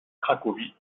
cracovie